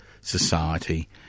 society